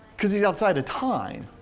cause he's outside of time.